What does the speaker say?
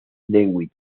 league